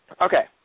Okay